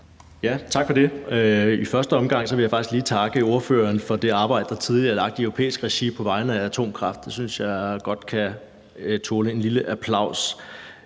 Tak for det. I første omgang vil jeg faktisk lige takke ordføreren for det arbejde, der tidligere er lagt i europæisk regi på vegne af atomkraft. Det synes jeg godt kan tåle en lille applaus.